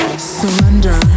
surrender